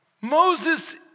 Moses